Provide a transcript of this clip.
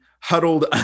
huddled